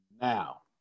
Now